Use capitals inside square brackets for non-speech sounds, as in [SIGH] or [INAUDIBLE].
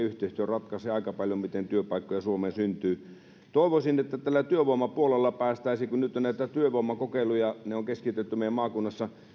[UNINTELLIGIBLE] yhteistyö ratkaisee aika paljon siinä miten työpaikkoja suomeen syntyy toivoisin että tällä työvoimapuolella päästäisiin tarkastelemaan sitä että kun nyt on näitä työvoimakokeiluja ja ne on keskitetty meidän maakunnassa